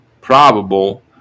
probable